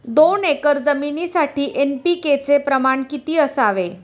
दोन एकर जमीनीसाठी एन.पी.के चे प्रमाण किती असावे?